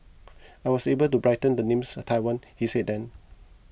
I was able to brighten the names Taiwan he said then